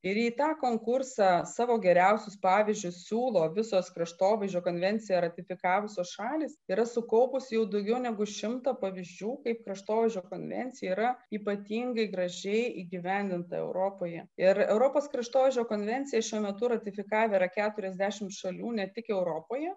ir į tą konkursą savo geriausius pavyzdžius siūlo visos kraštovaizdžio konvenciją ratifikavusios šalys yra sukaupusi jau daugiau negu šimtą pavyzdžių kaip kraštovaizdžio konvencija yra ypatingai gražiai įgyvendinta europoje ir europos kraštovaizdžio konvenciją šiuo metu ratifikavę yra keturiasdešimt šalių ne tik europoje